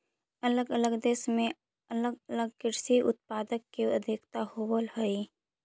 अलग अलग देश में अलग अलग कृषि उत्पाद के अधिकता होवऽ हई